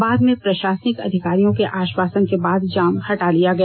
बाद में प्रषासनिक अधिकारियों के आष्वासन के बाद जाम हटा लिया गया